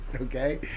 okay